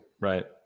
right